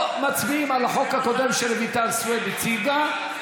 לא מצביעים על החוק הקודם, שרויטל סויד הציגה.